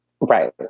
Right